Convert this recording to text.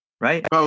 right